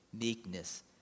meekness